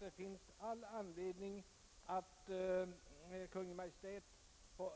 Det finns därför all anledning för Kungl. Maj:t att